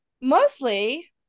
mostly